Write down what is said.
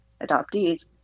adoptees